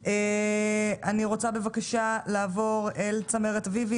אני רוצה לעבור בבקשה לצמרת אביבי,